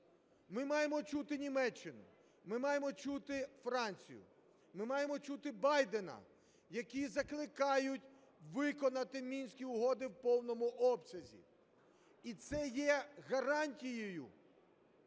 Ми маємо чути Німеччину, ми маємо чути Францію, ми маємо чути Байдена, які закликають виконати Мінські угоди в повному обсязі. І це є гарантією